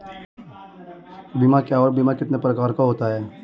बीमा क्या है और बीमा कितने प्रकार का होता है?